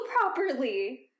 properly